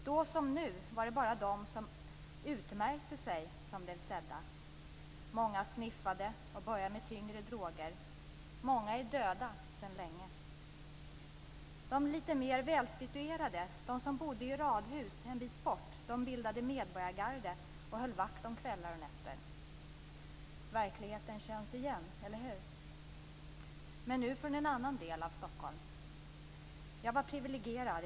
Då som nu var det bara de som utmärkte sig som blev sedda. Många sniffade och började med tyngre droger. Många är döda sedan länge. De litet mer välsituerade som bodde i radhus en bit bort bildade medborgargarde och höll vakt om kvällar och nätter. Verkligheten känns igen, eller hur? Men nu gäller det en annan del av Stockholm. Jag var privilegierad.